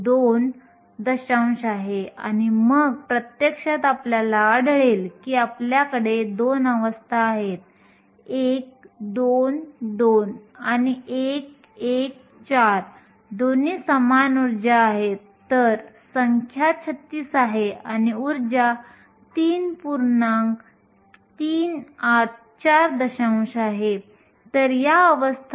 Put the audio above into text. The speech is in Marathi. जोपर्यंत आपण कोणतीही अशुद्धता जोडत नाही तोपर्यंत ती भौतिक मालमत्ता म्हणून देखील विचारात घेतली जाऊ शकते